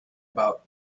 about